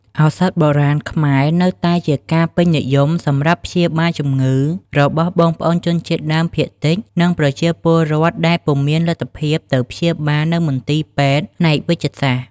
ឱសថបុរាណខ្មែរ នៅតែជាការពេញនិយមសម្រាប់ព្យាបាលជំងឺ របស់បងប្អូនជនជាតិដើមភាគតិច និង ប្រជាពលរដ្ឋដែលពុំមានលទ្ធភាពទៅព្យាបាលនៅមន្ទីរពេទ្យផ្នែកវេជ្ជសាស្រ្ត។